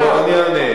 אני אענה.